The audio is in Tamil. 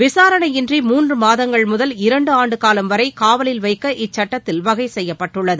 விசாரணையின்றி மூன்று மாதங்கள் முதல் இரண்டு ஆண்டு காலம் வரை காவலில் வைக்க இச்சுட்டத்தில் வகை செய்யப்பட்டுள்ளது